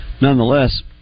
nonetheless